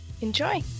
Enjoy